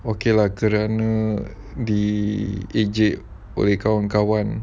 okay lah kerana diejek oleh kawan-kawan